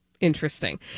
interesting